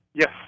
Yes